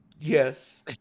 Yes